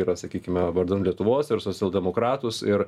yra sakykime vardan lietuvos ir socialdemokratus ir